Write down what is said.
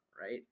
right